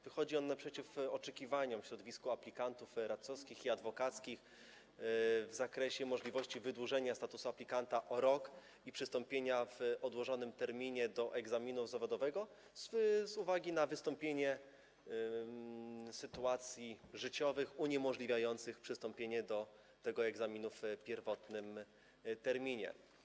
Wychodzi on naprzeciw oczekiwaniom w środowisku aplikantów radcowskich i adwokackich w zakresie możliwości wydłużenia statusu aplikanta o rok i przystąpienia w odłożonym terminie do egzaminu zawodowego z uwagi na wystąpienie sytuacji życiowych uniemożliwiających przystąpienie do tego egzaminu w pierwotnym terminie.